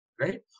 right